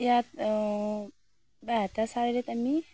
ইয়াত বাইহাটা চাৰিআলিত আমি